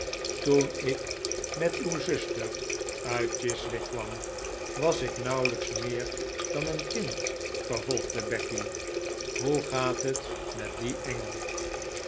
toen ik met uw zuster uit chiswick kwam was ik nauwelijks meer dan een kind vervolgde becky hoe gaat het met die engel